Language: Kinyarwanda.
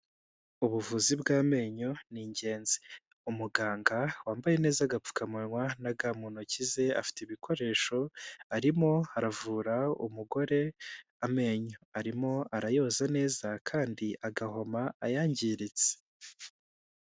Ubuvuzi bw'amenyo ni ingenzi, umuganga wambaye neza agapfukamunwa na ga mu ntoki ze afite ibikoresho, arimo aravura umugore amenyo, arimo arayoza neza kandi agahoma ayangiritse.